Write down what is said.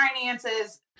finances